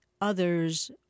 others